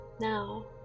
Now